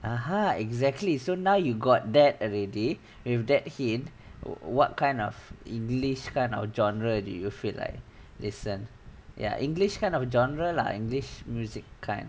(uh huh) exactly so now you got that already with that hint what kind of english kind of genre do you feel like listen ya english kind of genre lah english music kind